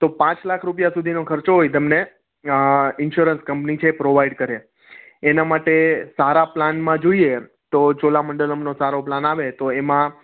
તો પાંચ લાખ રૂપિયા સુધીનો ખર્ચો હોય તમને ઇન્સ્યોરન્સ કંપની છે એ પ્રોવાઇડ કરે એના માટે સારા પ્લાનમાં જોઈએ તો ચોલામંડલમનો સારો પ્લાન આવે તો એમાં